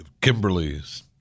Kimberly's